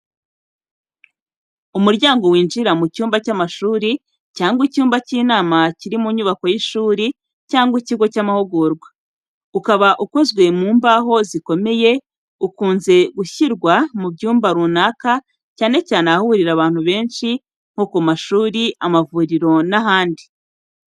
Umuryango winjira mu cyumba cy’amashuri cyangwa icyumba cy’inama kiri mu nyubako y’ishuri cyangwa ikigo cy’amahugurwa. Ukaba ukoze mu mbaho zikomeye ukunze gushyirwa ku byumba runaka cyane cyane ahahurira abantu benshi nko ku mashuri, amavuriro n'ahandi.